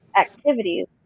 activities